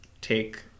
take